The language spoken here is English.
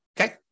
okay